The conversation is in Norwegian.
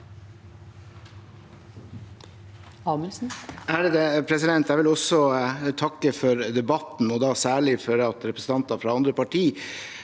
Jeg vil også takke for debatten, og da særlig for at representanter fra andre parti